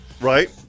Right